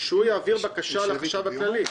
שהוא יעביר בקשה לחשב הכללי.